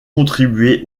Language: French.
contribué